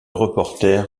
reporter